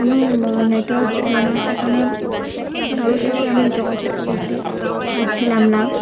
কোনো নেটওয়ার্ক ছিলো না সেখানে কারোর সাথে আমি যোগাযোগ করতে পারছিলাম না